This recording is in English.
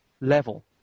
level